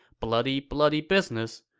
bloody, bloody business,